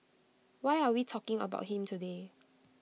why are we talking about him today